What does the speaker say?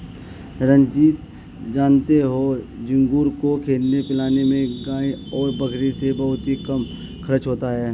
रंजीत जानते हो झींगुर को खिलाने पिलाने में गाय और बकरी से बहुत ही कम खर्च होता है